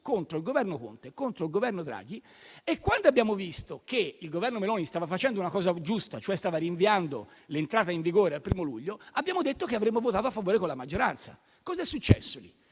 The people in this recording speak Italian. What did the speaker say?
contro il Governo Conte e contro il Governo Draghi. Quando abbiamo visto che il Governo Meloni stava facendo una cosa giusta, cioè stava rinviando l'entrata in vigore al 1° luglio, abbiamo annunciato che avremmo votato a favore, con la maggioranza. Poi è successo che